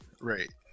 right